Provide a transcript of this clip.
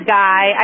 guy